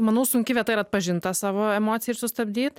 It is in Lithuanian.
manau sunki vieta yra atpažint tą savo emociją ir sustabdyt